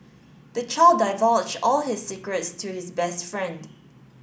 the child divulged all his secrets to his best friend